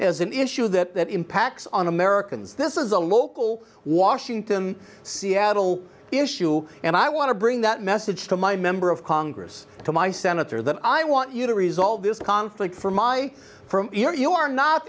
as an issue that impacts on americans this is a local washington seattle issue and i want to bring that message to my member of congress to my senator that i want you to resolve this conflict for my from here you are not